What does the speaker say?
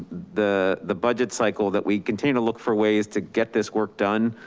the the budget cycle, that we continue to look for ways to get this work done.